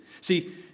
See